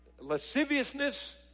lasciviousness